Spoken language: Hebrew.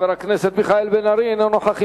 חבר הכנסת מיכאל בן-ארי, אינו נוכח.